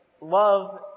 love